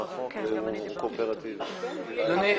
אדוני,